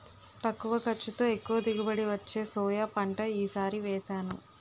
తక్కువ ఖర్చుతో, ఎక్కువ దిగుబడి వచ్చే సోయా పంట ఈ సారి వేసాను